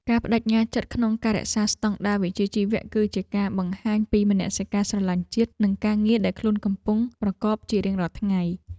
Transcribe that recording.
ការប្តេជ្ញាចិត្តក្នុងការរក្សាស្តង់ដារវិជ្ជាជីវៈគឺជាការបង្ហាញពីមនសិការស្រឡាញ់ជាតិនិងការងារដែលខ្លួនកំពុងប្រកបជារៀងរាល់ថ្ងៃ។